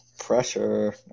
Pressure